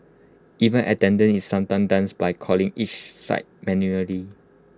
even attendance is sometimes done by calling each site manually